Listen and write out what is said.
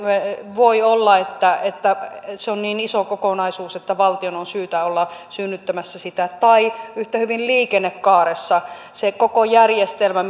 voi olla että että se on niin iso kokonaisuus että valtion on syytä olla synnyttämässä sitä tai yhtä hyvin liikennekaaressa se koko järjestelmä